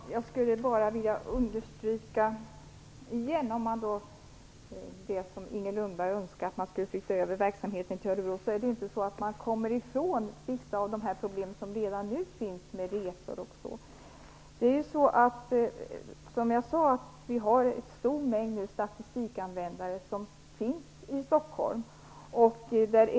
Herr talman! Jag vill än en gång understryka att man genom att flytta över verksamheten till Örebro, som Inger Lundberg önskar, inte kommer ifrån vissa av de problem som redan nu finns med resor och så. Vi har som jag sade en stor mängd statistikanvändare i Stockholm.